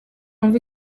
wumve